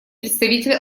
представитель